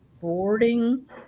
boarding